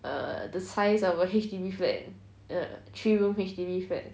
err the size of a H_D_B flat err three room H_D_B flat